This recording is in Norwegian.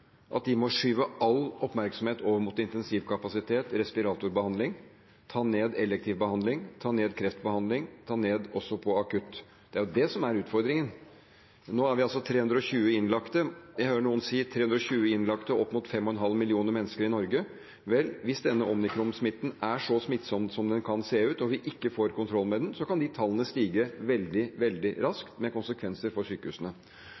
at de må skyve all oppmerksomhet over mot intensivkapasitet og respiratorbehandling, ta ned elektiv behandling, ta ned kreftbehandling, ta ned også når det gjelder det akutte. Det er det som er utfordringen. Nå har vi 320 innlagte – jeg hører noen si 320 innlagte opp mot 5,5 millioner mennesker i Norge. Vel, hvis denne omikronvarianten er så smittsom som det kan se ut til, og vi ikke får kontroll med den, kan de tallene stige veldig, veldig